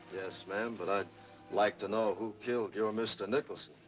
yes, ma'am, but i'd like to know who killed your mr. nicholson.